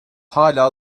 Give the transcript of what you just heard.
hâlâ